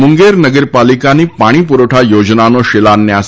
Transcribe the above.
મુંગેર નગરપાલિકાની પાણી પૂરવઠા યોજનાનો શિલાયન્સ કરાશે